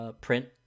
print